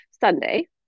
Sunday